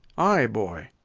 ay, boy.